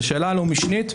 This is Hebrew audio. זו שאלה לא משנית,